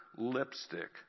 Lipstick